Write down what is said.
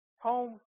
Home